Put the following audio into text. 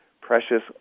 precious